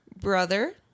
brother